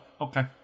okay